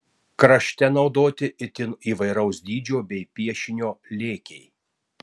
krašte naudoti itin įvairaus dydžio bei piešinio lėkiai